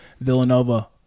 Villanova